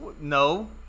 no